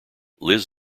liz